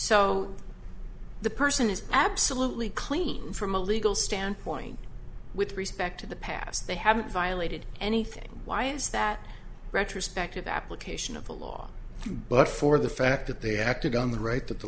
so the person is absolutely clean from a legal standpoint with respect to the past they haven't violated anything why is that retrospective application of the law but for the fact that they acted on the right